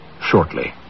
shortly